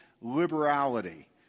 liberality